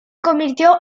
convirtió